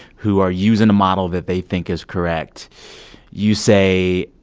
who are using a model that they think is correct you say,